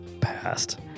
passed